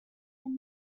and